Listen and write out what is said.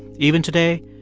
even today,